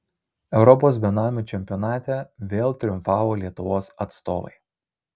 europos benamių čempionate vėl triumfavo lietuvos atstovai